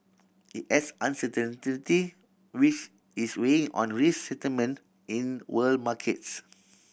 it adds uncertainty which is weighing on risk sentiment in world markets